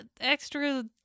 extra